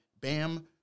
Bam